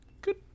Good